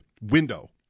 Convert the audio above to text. window